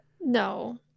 No